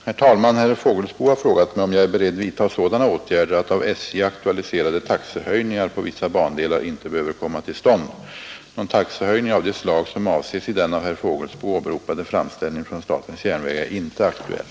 Herr talman! Herr Fågelsbo har frågat mig om jag är beredd vidtaga sådana åtgärder att av SJ aktualiserade taxehöjningar på vissa bandelar inte behöver komma till stånd. Någon taxehöjning av det slag som avses i den av herr Fågelsbo åberopade framställningen från statens järnvägar är inte aktuell.